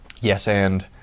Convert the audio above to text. yes-and